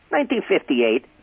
1958